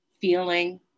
feeling